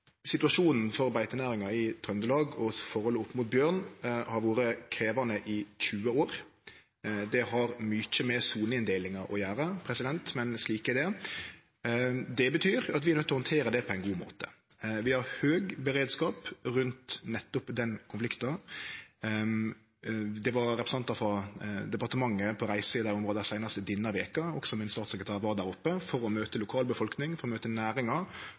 Situasjonen for beitenæringa i Trøndelag og forholdet til bjørn har vore krevjande i 20 år. Det har mykje med soneinndelinga å gjere – men slik er det. Det betyr at vi er nøydde til å handtere det på ein god måte. Vi har høg beredskap rundt nettopp den konflikten. Det var representantar frå departementet på reise i dette området seinast denne veka, også statssekretæren min var der, for å møte